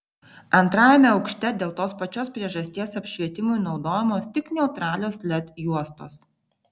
antrajame aukšte dėl tos pačios priežasties apšvietimui naudojamos tik neutralios led juostos